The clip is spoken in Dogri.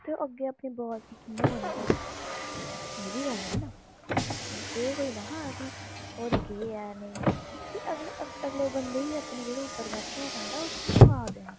ते अग्गें अपने बास गी कियां मना करै एह् बी गल्ल ऐ न एह् कोई निहा कि होर केह् ऐ नेईं उसी अगले अग्गे अगले बंदे गी अपने जेह्ड़े उप्पर बैठे दा बंदा उसी बी जबाब देना पौंदा